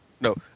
No